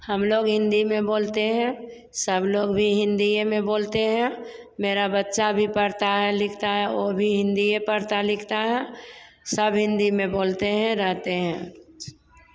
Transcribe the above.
हम लोग हिन्दी में बोलते हैं सब लोग भी हिंदी ही में बोलते हैं मेरा बच्चा भी पढ़ता है लिखता है ओ भी हिंदी ही में पढ़ता है सब हिन्दी में बोलते हैं रहते हैं